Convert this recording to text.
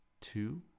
two